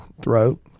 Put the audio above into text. throat